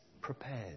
prepared